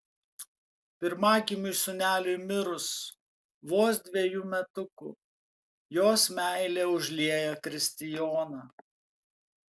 pirmagimiui sūneliui mirus vos dvejų metukų jos meilė užlieja kristijoną